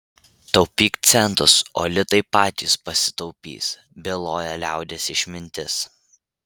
taupyk centus o litai patys pasitaupys byloja liaudies išmintis